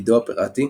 עידו אפרטי,